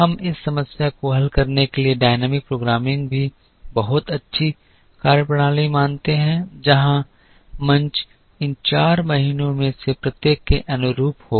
हम इस समस्या को हल करने के लिए डायनेमिक प्रोग्रामिंग भी बहुत अच्छी कार्यप्रणाली मानते हैं जहां मंच इन चार महीनों में से प्रत्येक के अनुरूप होगा